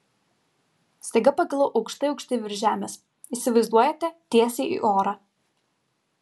staiga pakilau aukštai aukštai virš žemės įsivaizduojate tiesiai į orą